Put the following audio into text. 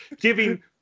Giving